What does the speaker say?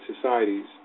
societies